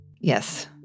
Yes